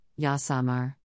Yasamar